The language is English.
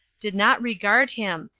did not regard him,